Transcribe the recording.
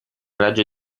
raggio